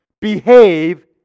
behave